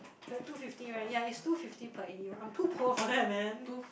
thirty two fifty right ya it's two fifty per A_U I'm too poor for that man